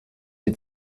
die